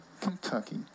Kentucky